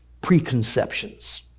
preconceptions